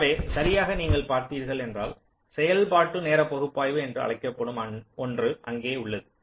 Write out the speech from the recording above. எனவே சரியாக நீங்கள் பார்க்கிறீர்கள் செயல்பாட்டு நேரப்பகுப்பாய்வு என்று அழைக்கப்படும் ஒன்று அங்கே உள்ளது